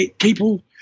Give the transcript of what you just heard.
people